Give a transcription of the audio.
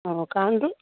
অঁ কাৰণটো